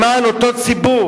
למען אותו ציבור,